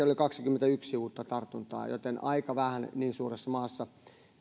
oli kaksikymmentäyksi uutta tartuntaa joten aika vähän niin suuressa maassa